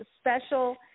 special